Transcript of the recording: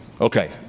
Okay